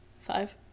five